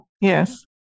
Yes